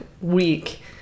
week